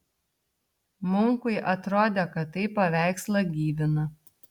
munkui atrodė kad tai paveikslą gyvina